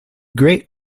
great